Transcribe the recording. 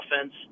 offense